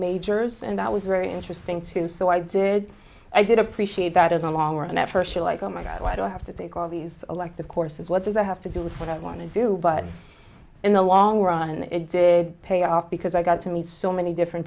majors and that was very interesting too so i did i did appreciate that in the long run at first you're like oh my god i don't have to take all these elective courses what does that have to do with what i want to do but in the long run it did pay off because i got to meet so many different